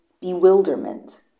bewilderment